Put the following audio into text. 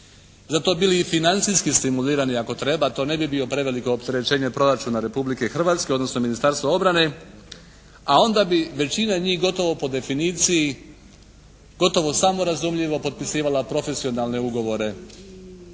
Za to bili i financijski stimulirani ako treba. To ne bi bilo preveliko opterećenje proračuna Republike Hrvatske odnosno Ministarstva obrane. A onda bi većina njih gotovo po definiciji gotovo samorazumljivo potpisivala profesionalne ugovore